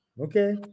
okay